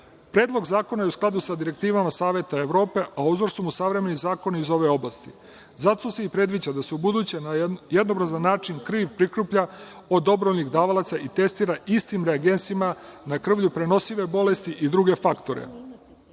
zakona je u skladu sa direktivama Saveta Evrope, a uzor su mu savremeni zakoni iz ove oblasti. Zato se i predviđa da se ubuduće na jednobrazan način prikuplja od dobrovoljnih davalaca i testira istim regensima na krvlju prenosive bolesti i druge faktore.